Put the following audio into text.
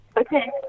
Okay